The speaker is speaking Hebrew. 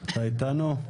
אתה איתנו?